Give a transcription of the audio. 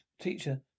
Teacher